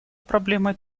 проблемой